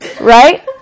Right